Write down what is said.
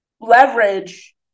leverage